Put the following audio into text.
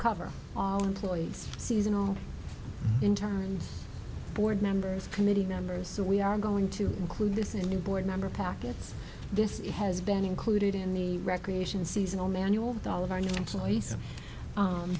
cover all employees seasonal entire board members committee members so we are going to include this in the board member packets this has been included in the recreation seasonal manual all of our new employees